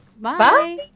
Bye